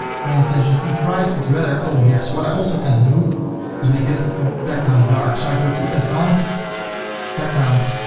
bring attention to the price, but rather over here. so what i also can do is make this background dark. so i go to advanced